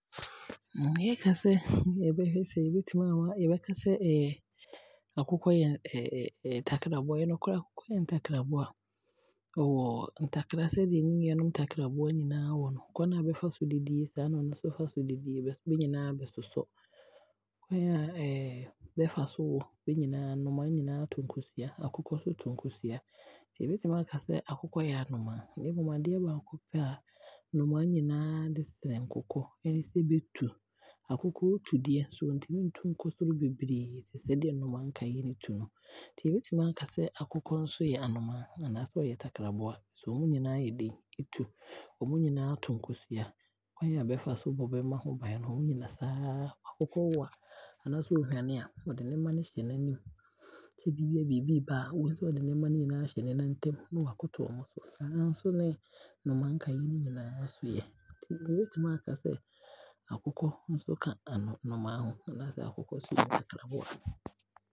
Sɛ yɛka sɛ yɛbɛhwɛ sɛ yɛbɛtumi Yɛbɛkasa akokɔ yɛ takraboa a, ɛyɛ nokware ampa. Akokɔ yɛ takraboa, ɔwɔ ntakra sɛdeɛ ne nuanom ntakra mmoa nyinaa wɔ no, kwane a bɛfa so didie, saa ne ɔno nso fa so didie, bɛnyinaa bɛsosɔ. kwane a bɛfa so wo, bɛnyinaa nnomaa nyinaa to nkosua, akokɔ nso to nkosua, nti yɛbɛtumi aakasɛ akokɔ yɛ anomaa, na mmom adeɛ baako pɛ a, nnomaa nyinaa yɛ de sene akokɔ ne sɛ, bɛtu. Akokɔ tu deɛ nanso ɔntumi ntu nkɔ soro beberee te sɛ deɛ nnomaa nkaeɛ no tu no. Nti yɛbɛtumi aakasɛ akokɔ nso yɛ anomaa anaasɛ ɔyɛ ntakraboa, efisɛ ɔmo nyinaa ɛtu, ɔmo nyinaa to nkosua, kwane a bɛfa so bɔ bɛmma ho bane no saa na akokɔ wo a, anaasɛ ɔhwane a,ɔde ne mma no hyɛ n'anim, sɛ ebiaa biibi ɛɛba a ɔde bɛnyinaa hyɛ ne nane ntam na waakoto bɛ so, saa nso ne nnomaa nkaeɛ no nso yɛ. Nti yɛbɛtumi aakasɛ akokɔ nso ka nnomaa no anaasɛ akokɔ nso yɛ ntakraboa.